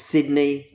Sydney